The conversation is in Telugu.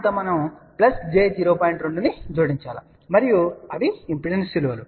2 ను జోడించాలి మరియు ఇవి ఇంపిడెన్స్ విలువలు